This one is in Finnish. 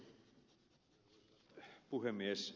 arvoisa puhemies